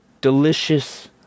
delicious